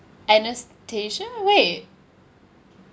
anastasia wait